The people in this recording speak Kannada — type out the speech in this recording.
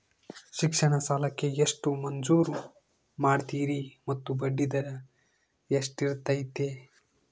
ಶಿಕ್ಷಣ ಸಾಲಕ್ಕೆ ಎಷ್ಟು ಮಂಜೂರು ಮಾಡ್ತೇರಿ ಮತ್ತು ಬಡ್ಡಿದರ ಎಷ್ಟಿರ್ತೈತೆ?